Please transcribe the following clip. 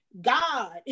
God